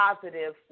positive